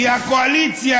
כי הקואליציה,